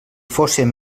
fóssem